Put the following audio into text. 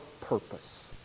purpose